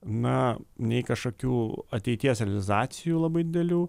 na nei kažkokių ateities realizacijų labai didelių